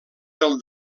del